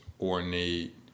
ornate